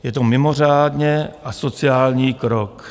Je to mimořádně asociální krok.